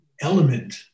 Element